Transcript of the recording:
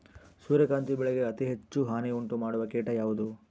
ಸೂರ್ಯಕಾಂತಿ ಬೆಳೆಗೆ ಅತೇ ಹೆಚ್ಚು ಹಾನಿ ಉಂಟು ಮಾಡುವ ಕೇಟ ಯಾವುದು?